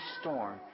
storm